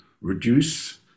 reduce